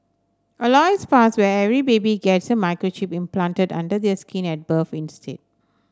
a law is passed where every baby gets a microchip implanted under their skin at birth instead